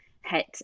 hit